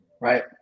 right